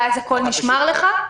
ואז הכול נשמר לך?